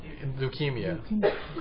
leukemia